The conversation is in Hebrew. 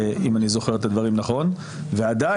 אם אני זוכר את הדברים נכון עדיין